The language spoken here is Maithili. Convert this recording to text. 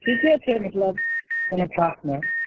ठीके छै मतलब कोनो खास नहि